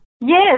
Yes